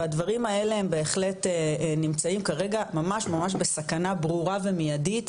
והדברים האלה הם בהחלט נמצאים כרגע ממש ממש בסכנה ברורה ומיידית,